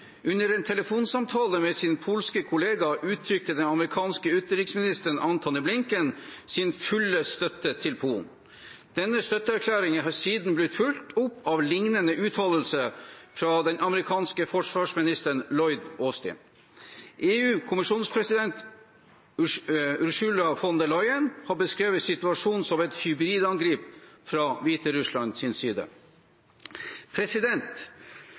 Under en telefonsamtale med sin polske kollega uttrykte den amerikanske utenriksministeren, Antony Blinken, sin fulle støtte til Polen. Denne støtteerklæringen har siden blitt fulgt opp av lignende uttalelser fra den amerikanske forsvarsministeren, Lloyd Austin. EU-kommisjonens president, Ursula von der Leyen, har beskrevet situasjonen som et hybridangrep fra Hviterusslands side.